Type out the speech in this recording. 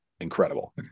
incredible